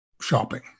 shopping